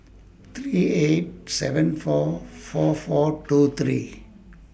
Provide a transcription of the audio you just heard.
three eight seven four four four two three